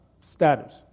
status